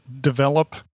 develop